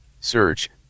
search